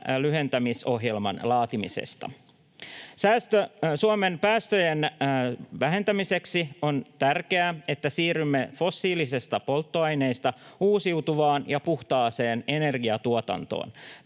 lyhentämisohjelman laatimisesta. Suomen päästöjen vähentämiseksi on tärkeää, että siirrymme fossiilisista polttoaineista uusiutuvaan ja puhtaaseen energiantuotantoon.